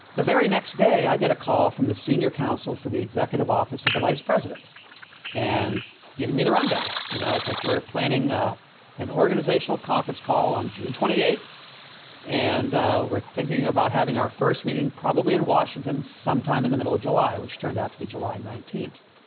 the very next day, i got a call from the senior counsel for the executive off. the vice president and giving me the rundown. you know, it's like we're planning ah an organizational conference call on june twenty eighth and we're thinking about having our first meeting probably in washington sometime in the middle of july, which turned out to be july nineteenth.